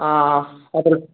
ஆ அப்புறம்